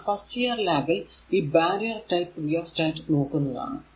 നാം first year ലാബിൽ ഈ ബാരിയർ ടൈപ്പ് റിയോ സ്റ്റേറ് നോക്കുന്നതാണ്